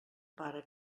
pare